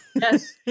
Yes